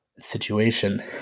situation